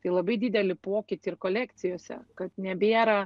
tai labai didelį pokytį ir kolekcijose kad nebėra